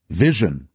vision